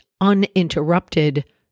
uninterrupted